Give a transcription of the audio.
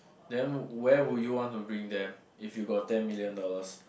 then where would you want to bring them if you got ten million dollars